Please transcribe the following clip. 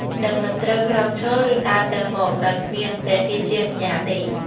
និងមិនត្រូវក្រោកឈរ ឬដើរទៅមក ដោយគ្មានព្រះរាជានុញ្ញាតទេ។